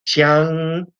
chiang